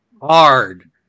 hard